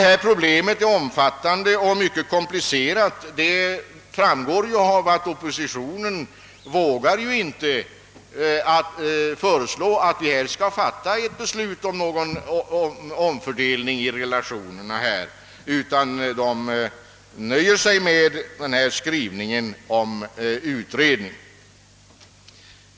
Att problemet är omfattande och mycket komplicerat framgår också av att oppositionen inte vågar föreslå att riksdagen skall fatta beslut om någon omfördelning av relationerna härvidlag utan nöjer sig med denna skrivning om utredning av frågan.